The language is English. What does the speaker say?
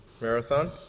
marathon